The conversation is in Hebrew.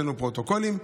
הוצאנו פרוטוקולים.